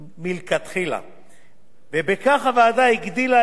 ובכך הוועדה הגדילה את פוטנציאל הקצבה המוכרת